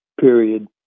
period